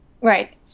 Right